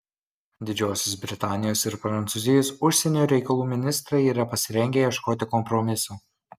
didžiosios britanijos ir prancūzijos užsienio reikalų ministrai yra pasirengę ieškoti kompromiso